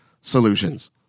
solutions